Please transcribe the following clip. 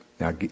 now